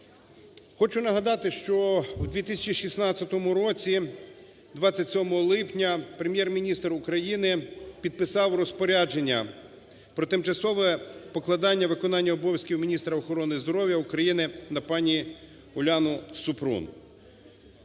Хочу нагадати, що в 2016 році 27 липня Прем'єр-міністр України підписав Розпорядження про тимчасове покладання виконання обов'язків міністра охорони здоров'я України на пані Уляну Супрун.